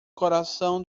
coração